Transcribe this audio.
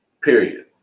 Period